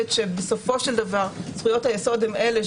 בסופו של דבר זכויות היסוד הן אלה